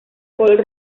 color